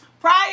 Prior